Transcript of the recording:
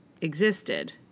existed